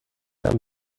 بزنم